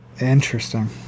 Interesting